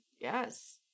Yes